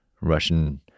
Russian